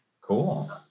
Cool